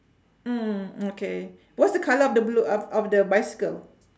mm okay what's the colour of the blue of of the bicycle